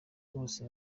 bose